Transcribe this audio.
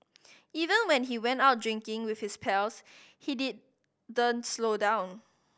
even when he went out drinking with his pals he didn't slow down